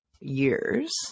years